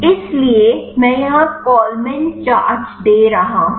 इसलिए मैं यहां कोल्मन चार्ज दे रहा हूं